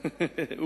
לא, לא.